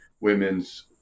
women's